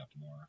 more